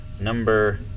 number